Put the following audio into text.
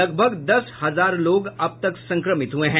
लगभग दस हजार लोग अब तक संक्रमित हुये हैं